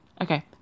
Okay